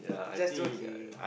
just joking